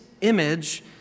image